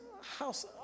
house